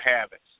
habits